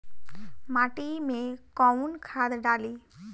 माटी में कोउन खाद डाली?